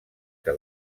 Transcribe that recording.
que